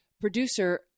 producer